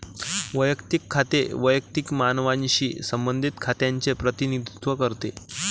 वैयक्तिक खाते वैयक्तिक मानवांशी संबंधित खात्यांचे प्रतिनिधित्व करते